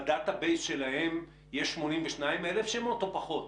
בדאטה בייס שלהם יש 82,000 שמות או פחות?